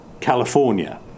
California